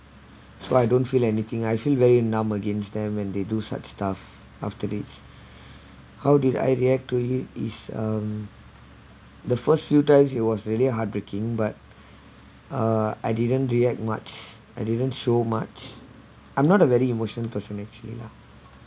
so I don't feel anything I feel very numb against them when they do such stuff after this how did I react to it is um the first few times it was really heartbreaking but uh I didn't react much I didn't show much I'm not a very emotion person actually lah